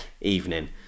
evening